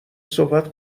صحبت